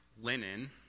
linen